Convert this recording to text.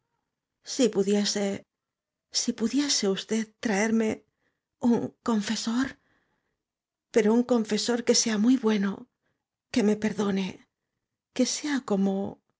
bobo si pudiese si pudiese usted traerme un confesor pero un confesor que sea muy bueno que me perdone que sea como